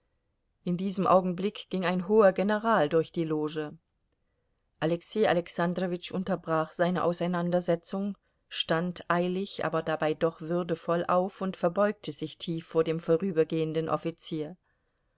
in diesem augenblick ging ein hoher general durch die loge alexei alexandrowitsch unterbrach seine auseinandersetzung stand eilig aber dabei doch würdevoll auf und verbeugte sich tief vor dem vorübergehenden offizier